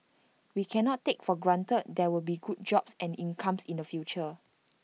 we cannot take for granted there will be good jobs and incomes in the future